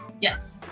Yes